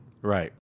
Right